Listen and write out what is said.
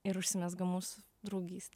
ir užsimezga mūsų draugystė